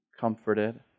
comforted